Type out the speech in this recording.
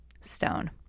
stone